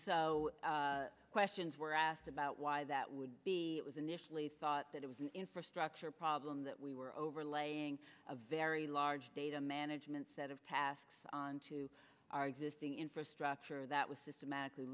and questions were asked about why that would be was initially thought that it was an infrastructure problem that we were overlaying a very large data management set of tasks onto our existing infrastructure that was systematically